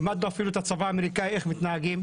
למדנו אפילו את הצבא האמריקאי איך מתנהגים.